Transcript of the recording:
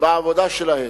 בעבודה שלהם.